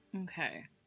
Okay